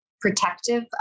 protective